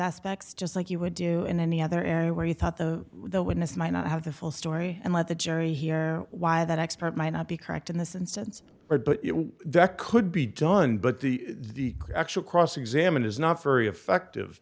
aspects just like you would do in any other and where he thought the the witness might not have the full story and let the jury hear why that expert might not be correct in this instance or but that could be done but the the crew actual cross examine is not very effective